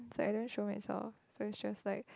is like I don't show myself so is just like